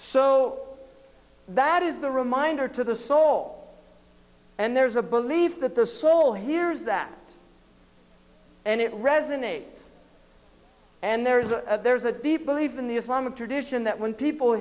so that is the reminder to the soul and there's a belief that the soul hears that and it resonates and there's a there's a deep belief in the islamic tradition that when people